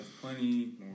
plenty